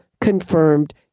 confirmed